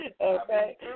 Okay